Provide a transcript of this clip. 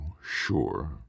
sure